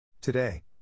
Today